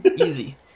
Easy